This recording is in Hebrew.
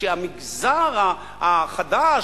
שהמגזר החדש,